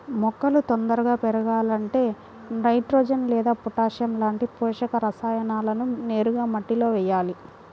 మొక్కలు తొందరగా పెరగాలంటే నైట్రోజెన్ లేదా పొటాషియం లాంటి పోషక రసాయనాలను నేరుగా మట్టిలో వెయ్యాలి